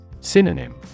Synonym